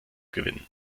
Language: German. gewinnen